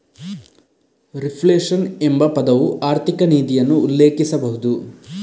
reflation ಎಂಬ ಪದವು ಆರ್ಥಿಕ ನೀತಿಯನ್ನು ಉಲ್ಲೇಖಿಸಬಹುದು